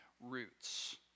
roots